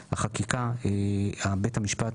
בית המשפט